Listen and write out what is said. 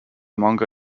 manga